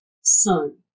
son